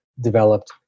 developed